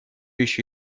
еще